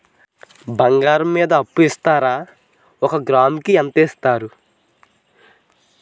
బంగారం మీద అప్పు ఇస్తారా? ఒక గ్రాము కి ఎంత ఇస్తారు?